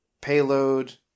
payload